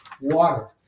water